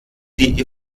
die